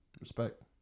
Respect